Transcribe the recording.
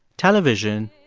television,